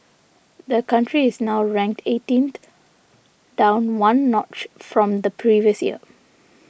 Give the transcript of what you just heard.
the country is now ranked eighteenth down one notch from the previous year